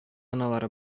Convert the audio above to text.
аналары